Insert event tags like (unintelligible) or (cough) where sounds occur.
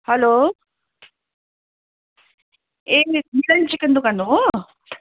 hello ए (unintelligible) chicken दोकान हो